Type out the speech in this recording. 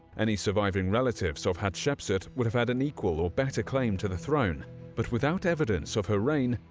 any surviving relatives of hatshepsut would have had an equal or better claim to the throne but without evidence of her reign,